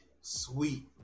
sweet